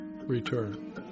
return